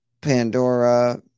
Pandora